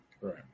Right